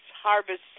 harvest